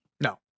No